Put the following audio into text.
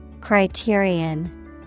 Criterion